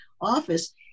office